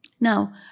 Now